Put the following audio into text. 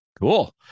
cool